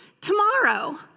tomorrow